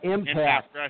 Impact